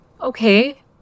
Okay